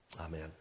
Amen